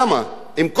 עם כל הסיבוכים?